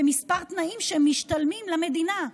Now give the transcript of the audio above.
בכמה תנאים שהם משתלמים למדינה: